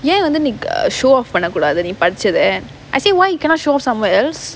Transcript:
ஏன் வந்து நீ:yaen vanthu nae show off பண்ணக்கூடாது நீ படிச்சத:pannakkoodaathu nea padichatha I say why you cannot show off somewhere else